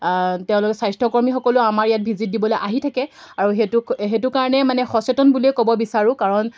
তেওঁলোকে স্বাস্থ্যকৰ্মীসকলেও আমাৰ ইয়াত ভিজিট দিবলৈ আহি থাকে আৰু সেইটো সেইটো কাৰণে মানে সচেতন বুলিয়েই ক'ব বিচাৰোঁ কাৰণ